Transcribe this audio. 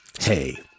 Hey